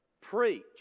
preach